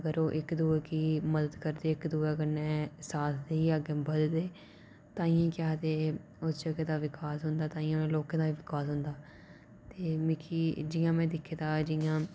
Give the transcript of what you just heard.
अगर ओह् इक्क दूऐ गी मदद करदे इक्क दूए कन्नै साथ देइयै अग्गें बधदे तांइयें केह् आखदे उस जगह दा विकास होंदा तांइयें उ'नें लोकें दा बी विकास होंदा ते मिकी जि'यां में दिक्खे दा जि'यां